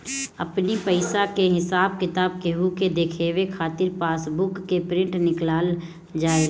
अपनी पईसा के हिसाब किताब केहू के देखावे खातिर पासबुक के प्रिंट निकालल जाएला